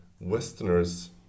Westerners